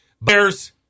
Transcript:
Bears